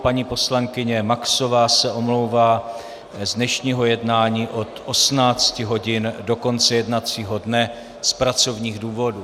Paní poslankyně Maxová se omlouvá z dnešního jednání od 18 hodin do konce jednacího dne z pracovních důvodů.